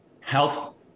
health